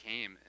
came